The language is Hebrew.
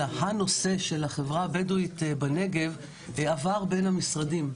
החברה הבדואית בנגב עבר בין המשרדים.